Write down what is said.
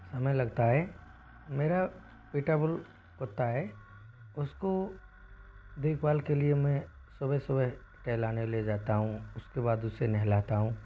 समय लगता है मेरा पिटा बुल कुत्ता है उस को देखभाल के लिए मैं सुबह सुबह टहलाने ले जाता हूँ उसके बाद उसे नहलाता हूँ